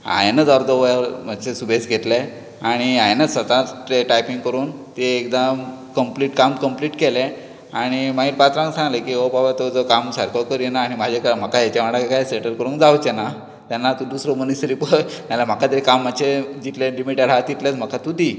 हांयेनूच अर्दो वावर मातशें सुबेज घेतलें आनी हांयेनूच स्वताच टायपिंग करून तें एकदां काम कम्पलीट केलें आनी मागीर पात्रावांक सांगलें की हो बाबा तो जो काम सारको करिना आनी म्हाका हेजे वांगडा सेटल करूंक जावंचें ना तेन्ना तूं दुसरो मनीस पय आनी म्हाका तरी कामाचें जितलें लिमीट आहा तितलेंच तूं म्हाका दी